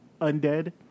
undead